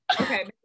Okay